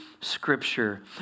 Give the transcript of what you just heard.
scripture